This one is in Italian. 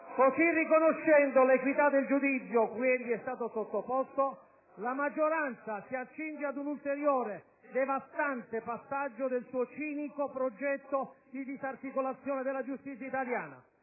così riconoscendo l'equità del giudizio cui egli è stato sottoposto, la maggioranza si accinge ad un ulteriore, devastante passaggio del suo cinico progetto di disarticolazione della giustizia italiana.